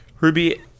Ruby